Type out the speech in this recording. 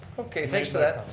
okay, thanks for that.